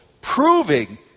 proving